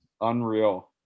Unreal